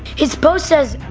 his post says,